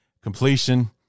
completion